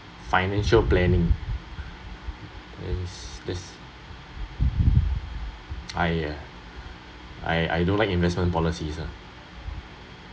financial planning is is I uh I I don’t like investment policies lah